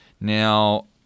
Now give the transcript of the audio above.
now